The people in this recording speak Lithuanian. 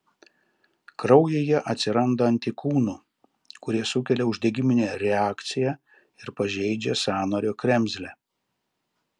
kraujyje atsiranda antikūnų kurie sukelia uždegiminę reakciją ir pažeidžia sąnario kremzlę